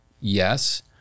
yes